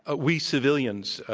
ah we, civilians,